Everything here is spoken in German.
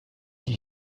die